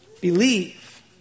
Believe